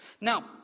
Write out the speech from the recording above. Now